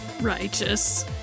Righteous